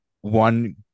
one